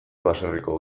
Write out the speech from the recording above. baserriko